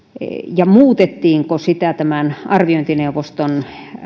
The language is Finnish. ja muutettiinko sitä tämän arviointineuvoston